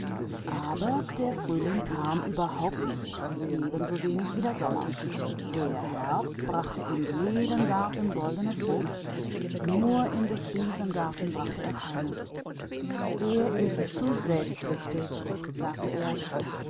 aber der frühling kam nie und auch nicht der sommer der herbst gab jedem garten goldene früchte aber dem garten des riesen gab er keine er ist zu eigensüchtig sagte der